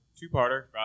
Two-parter